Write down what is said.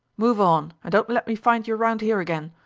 move on, and don't let me find you round ere again.